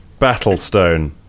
Battlestone